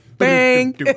Bang